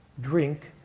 drink